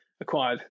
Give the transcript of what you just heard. acquired